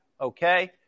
Okay